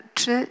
czy